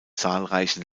zahlreichen